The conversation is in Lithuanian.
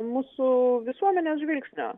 mūsų visuomenės žvilgsnio